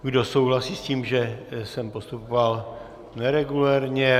Kdo souhlasí s tím, že jsem postupoval neregulérně?